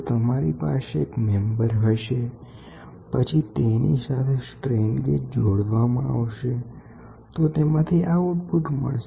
તો તમારી પાસે એક મેમ્બર હશે પછી તેની સાથે સ્ટ્રેન ગેજને જોડો તો તેમાંથી આઉટપુટ મળશે